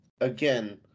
again